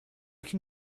can